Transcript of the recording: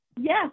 Yes